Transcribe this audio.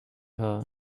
thought